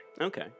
Okay